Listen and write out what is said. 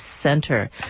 center